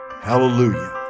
Hallelujah